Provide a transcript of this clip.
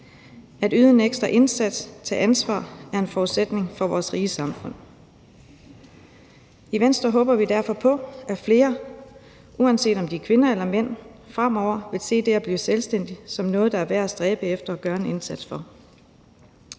At yde en ekstra indsats og tage ansvar er en forudsætning for vores rige samfund. I Venstre håber vi derfor på, at flere, uanset om de er kvinder eller mænd, fremover vil se det at blive selvstændig som noget, der er værd at stræbe efter og gøre en indsats for.